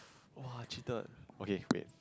!wah! cheated okay wait